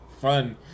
fun